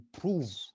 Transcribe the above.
prove